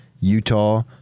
Utah